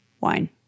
wine